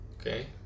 Okay